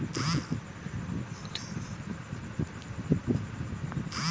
দুধ দোহনের যন্ত্র দ্বারা দুধকে বন্ধ কৌটোর মধ্যে রেখে বাইরের দূষণ থেকে রক্ষা করা যায়